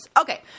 Okay